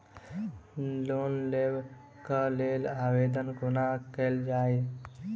Loan लेबऽ कऽ लेल आवेदन कोना कैल जाइया?